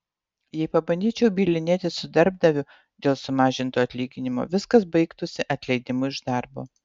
jei pabandyčiau bylinėtis su darbdaviu dėl sumažinto atlyginimo viskas baigtųsi atleidimu iš darbo